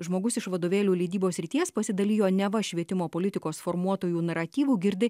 žmogus iš vadovėlių leidybos srities pasidalijo neva švietimo politikos formuotojų naratyvų girdi